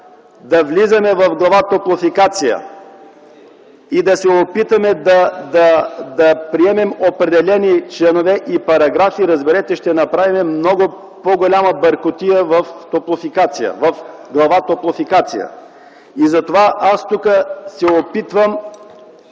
да влизаме в глава „Топлофикация” и да се опитаме да приемем определени членове и параграфи, разберете, ще направим много по голяма бъркотия в глава „Топлофикация”. Затова аз тук се опитвам,